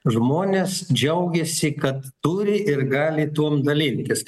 žmonės džiaugėsi kad turi ir gali tuom dalintis